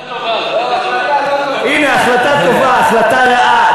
זו החלטה טובה, החלטה טובה.